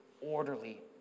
orderly